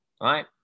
right